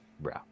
bro